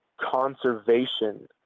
conservation